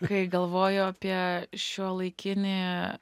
kai galvoju apie šiuolaikinį